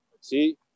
see